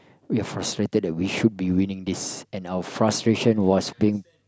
we are frustrated that we should be winning this and our frustration was being